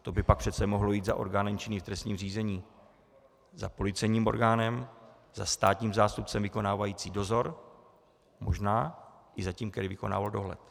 To by pak přece mohl jít za orgánem činným v trestním řízení, za policejním orgánem, za státním zástupcem vykonávajícím dozor, možná i za tím, který vykonával dohled.